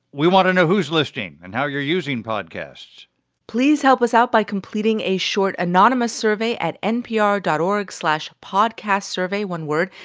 we want to know who's listening and how you're using podcasts please help us out by completing a short anonymous survey at npr dot org slash podcastsurvey one word.